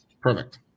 perfect